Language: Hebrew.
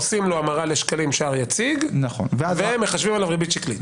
עושים לו המרה לשקלים שער יציג ומחשבים עליו ריבית שקלית.